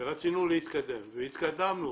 רצינו להתקדם, והתקדמנו.